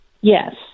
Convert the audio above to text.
Yes